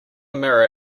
mirror